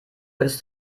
ist